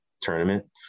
tournament